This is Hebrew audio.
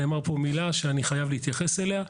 אבל נאמרה פה מילה שאני חייב להתייחס אליה.